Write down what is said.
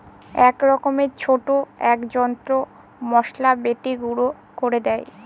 এক রকমের ছোট এক যন্ত্র মসলা বেটে গুঁড়ো করে দেয়